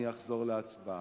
אני אחזור להצבעה.